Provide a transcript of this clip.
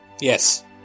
Yes